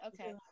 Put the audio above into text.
Okay